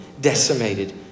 decimated